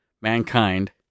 mankind